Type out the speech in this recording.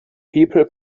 people